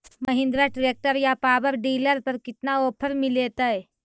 Mahindra tractor या power dealer पर कितना ओफर मीलेतय?